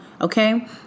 okay